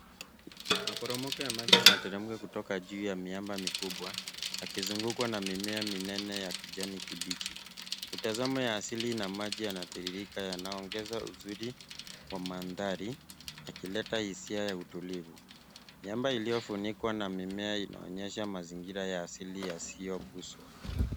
Maporomoko ya maji yanateremka kutoka juu ya miamba mikubwa, yakizungukwa na mimea minene ya kijani kibichi. Mitazamo ya asili ina maji yanatiririka . Yanaongeza uzuri wa mandhari yakileta hisia ya utulivu. Miamba iliyofunikwa na mimea inaonyesha mazingira ya asili yasiyoguswa.